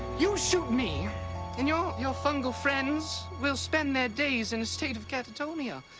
you shoot me and your your fungal friends will spend their days in a state of catatonia.